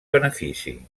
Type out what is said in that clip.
benefici